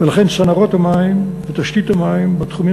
ולכן צנרות המים ותשתית המים בתחומים